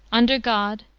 under god,